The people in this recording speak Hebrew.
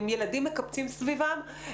עם ילדים מקפצים סביבם,